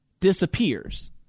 disappears